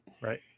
right